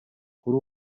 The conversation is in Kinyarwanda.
kuri